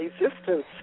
existence